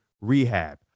Rehab